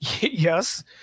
Yes